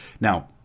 now